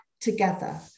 together